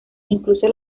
incluso